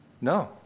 No